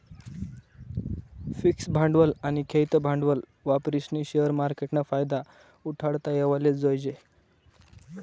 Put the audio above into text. fix भांडवल आनी खेयतं भांडवल वापरीस्नी शेअर मार्केटना फायदा उठाडता येवाले जोयजे